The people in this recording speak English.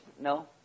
no